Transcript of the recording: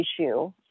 issue